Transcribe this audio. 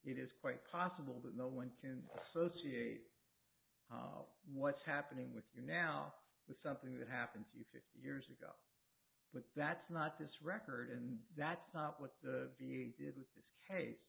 it is quite possible that no one can associate what's happening with you now with something that happens you fifty years ago but that's not this record and that's not what the v a did with this case